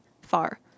far